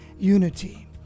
unity